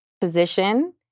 position